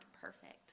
perfect